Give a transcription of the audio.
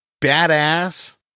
badass